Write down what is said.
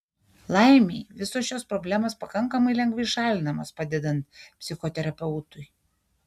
laimei visos šios problemos pakankamai lengvai šalinamos padedant psichoterapeutui